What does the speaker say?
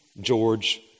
George